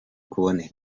kuboneka